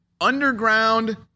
underground